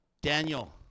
Daniel